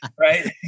Right